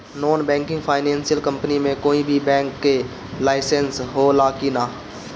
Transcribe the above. Non banking financial company मे कोई भी बैंक के लाइसेन्स हो ला कि ना?